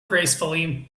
gracefully